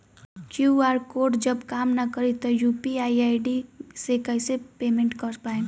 QR code जब काम ना करी त यू.पी.आई आई.डी से कइसे पेमेंट कर पाएम?